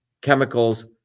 chemicals